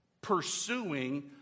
pursuing